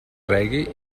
reggae